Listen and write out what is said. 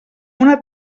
una